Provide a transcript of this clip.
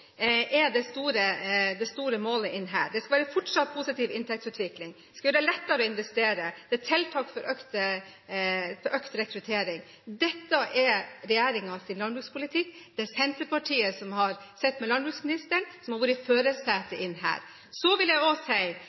er det store målet. Det skal fortsatt være positiv inntektsutvikling. Det skal bli lettere å investere. Det er tiltak for økt rekruttering. Dette er regjeringens landbrukspolitikk. Det er Senterpartiet som sitter med landbruksministeren, som har vært i førersetet her. Så vil jeg også si